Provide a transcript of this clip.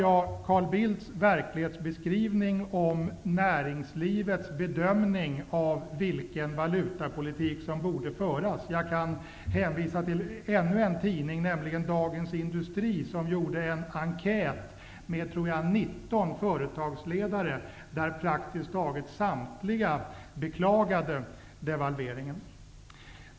Jag delar Carl Bildts verklighetsbeskrivning när det gäller näringslivets bedömning av vilken valutapolitik som borde föras. Jag kan hänvisa till ännu en tidning, nämligen Dagens Industri, som gjort en enkätundersökning med 19 företagsledare. Praktiskt taget samtliga beklagade devalveringen.